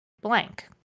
blank